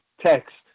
text